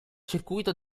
circuito